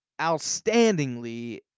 outstandingly